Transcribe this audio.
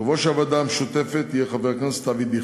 יושב-ראש הוועדה המשותפת יהיה חבר הכנסת אבי דיכטר.